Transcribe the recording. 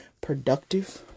productive